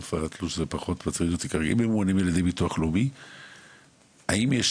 תוספת תקציב או תוספת של עזרה בבית, על אף